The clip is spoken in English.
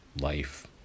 life